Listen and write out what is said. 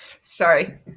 sorry